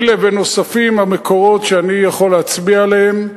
אלה ונוספים המקורות שאני יכול להצביע עליהם,